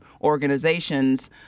organizations